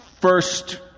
first